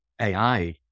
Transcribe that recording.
AI